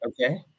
Okay